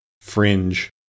Fringe